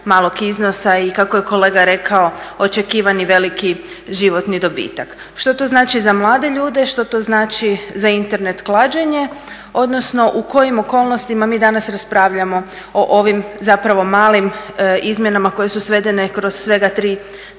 i kako je kolega rekao očekivani veliki životni dobitak. Što to znači za mlade ljude, što to znači za Internet klađenje, odnosno u kojim okolnostima mi danas raspravljamo o ovim zapravo mali izmjenama koje su svedene kroz svega tri članka